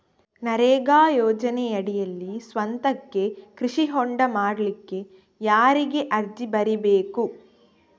ನರೇಗಾ ಯೋಜನೆಯಡಿಯಲ್ಲಿ ಸ್ವಂತಕ್ಕೆ ಕೃಷಿ ಹೊಂಡ ಮಾಡ್ಲಿಕ್ಕೆ ಯಾರಿಗೆ ಅರ್ಜಿ ಬರಿಬೇಕು?